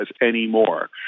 anymore